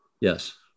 Yes